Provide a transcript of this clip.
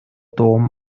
dom